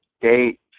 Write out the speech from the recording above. date